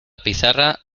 pizarra